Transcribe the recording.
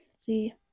see